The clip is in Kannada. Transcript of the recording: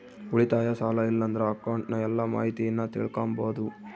ಉಳಿತಾಯ, ಸಾಲ ಇಲ್ಲಂದ್ರ ಅಕೌಂಟ್ನ ಎಲ್ಲ ಮಾಹಿತೀನ ತಿಳಿಕಂಬಾದು